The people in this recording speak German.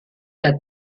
der